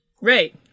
Right